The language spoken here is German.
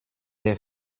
der